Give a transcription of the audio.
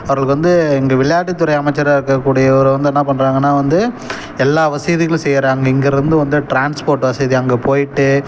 அவர்களுக்கு வந்து இங்கே விளையாட்டுத் துறை அமைச்சராக இருக்கக்கூடியவர் வந்து என்னா பண்றாங்கன்னா வந்து எல்லா வசதிகளும் செய்கிறாங்க இங்கேருந்து வந்து ட்ரான்ஸ்போர்ட் வசதி அங்கே போயிட்டு